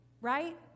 right